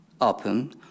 open